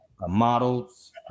models